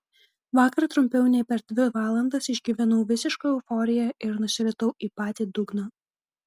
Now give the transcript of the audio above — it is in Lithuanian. vakar trumpiau nei per dvi valandas išgyvenau visišką euforiją ir nusiritau į patį dugną